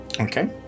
okay